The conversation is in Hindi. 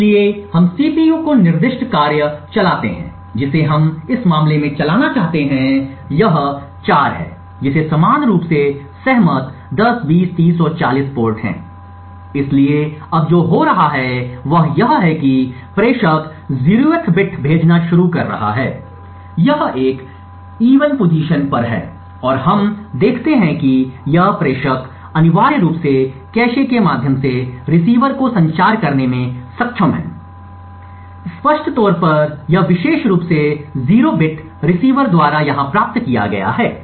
इसलिए हम सीपीयू को निर्दिष्ट कार्य चलाते हैं जिसे हम इस मामले में चलाना चाहते हैं यह 4 है जिसमें समान रूप से सहमत 10 20 30 और 40 पोर्ट हैं इसलिए अब जो हो रहा है वह यह है कि प्रेषक एक 0th बिट भेजना शुरू कर रहा है यह एक सम स्थान पर है और हम देखते हैं कि यह प्रेषक अनिवार्य रूप से कैश के माध्यम से रिसीवर को संचार करने में सक्षम है इसलिए स्पष्ट तौर पर यह विशेष रूप से 0 बिट रिसीवर द्वारा यहां प्राप्त किया गया है